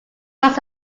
was